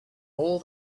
all